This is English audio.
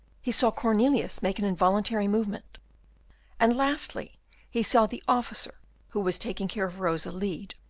he saw cornelius make an involuntary movement and lastly he saw the officer who was taking care of rosa lead,